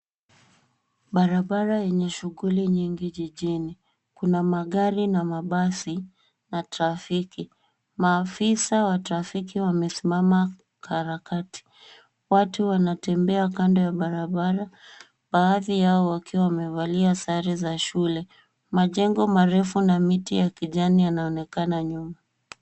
Barabara yenye shughuli nyingi jijini. Kuna magari na mabasi na trafiki. Maafisa wa trafiki wamesimama karakati. Watu wanatembea kando ya barabara baadhi yao wakiwa wamevalia sare za shule. Majengo marefu na miti ya kijani yanaonekana nyuma.